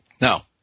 Now